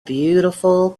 beautiful